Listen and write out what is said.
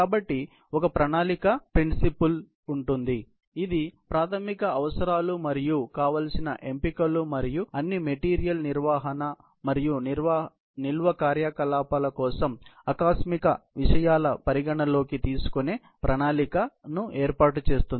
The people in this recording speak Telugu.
కాబట్టి ఒక ప్రణాళిక సూత్రం ఉంది ఇది ప్రాథమిక అవసరాలు మరియు కావాల్సిన ఎంపికలు మరియు అన్ని మెటీరియల్ నిర్వహణ మరియు నిల్వ కార్యకలాపాల కోసం ఆకస్మిక విషయాలను పరిగణనలోకి తీసుకునే ప్రణాళికను ఏర్పాటు చేస్తుంది